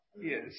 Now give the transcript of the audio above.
Yes